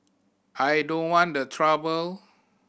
I don't want the trouble